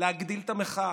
להגדיל את המחאה.